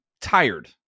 tired